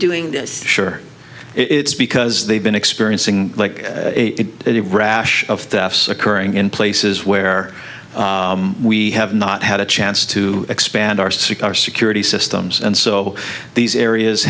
doing this sure it's because they've been experiencing like it a rash of thefts occurring in places where we have not had a chance to expand our sic our security systems and so these areas